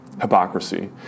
Hypocrisy